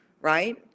right